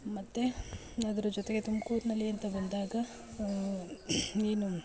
ಮತ್ತೆ ಇನ್ನು ಅದರ ಜೊತೆಗೆ ತುಮ್ಕೂರಿನಲ್ಲಿ ಅಂತ ಬಂದಾಗ ಏನು